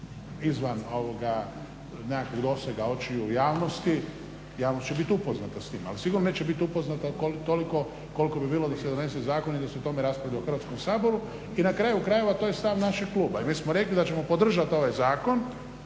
izvan nekakvih dosega očiju javnosti, javnost će biti upoznata s tim ali sigurno neće biti upoznata toliko koliko bi bila da se donese zakon i da se o tome raspravlja u Hrvatskom saboru. I na kraju krajeva to je stav našeg kluba i mi smo rekli da ćemo podržati ovaj zakon